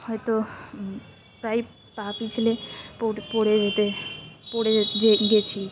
হয়তো প্রায় পা পিছলে পড়ে যেতে পড়ে যে গেছি